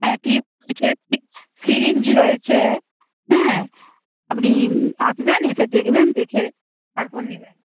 হ্যাঁ সিরিঞ্জ রয়েছে হ্যাঁ আপনি আসবেন এসে দেখবেন দেখে তারপর নিবেন